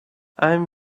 i’m